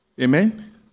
Amen